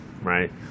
right